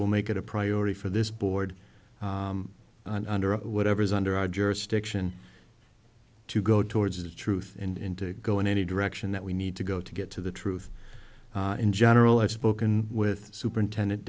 will make it a priority for this board under whatever is under our jurisdiction to go towards the truth in to go in any direction that we need to go to get to the truth in general i've spoken with superintendent